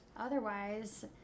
Otherwise